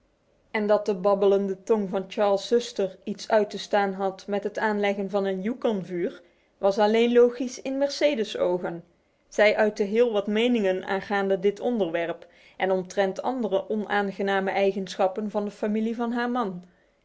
en dat de babbelende tong van charles zuster iets uit te staan had met het aanleggen van een yukonvuur was alleen logisch in mercedes ogen zij uitte heel wat meningen aangaande dit onderwerp en omtrent andere onaangename eigenschappen van de familie van haar man